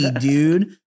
dude